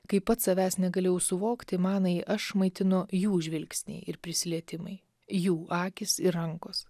kai pats savęs negalėjau suvokti manąjį aš maitino jų žvilgsniai ir prisilietimai jų akys ir rankos